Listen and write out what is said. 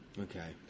okay